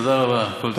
תודה רבה, כל טוב.